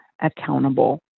accountable